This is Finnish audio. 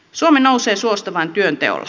suomi nousee suosta vain työnteolla